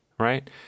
right